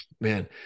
man